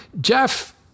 Jeff